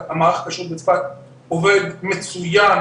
מערך הכשרות בצפת עובד מצוין,